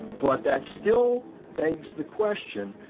but that still begs the question,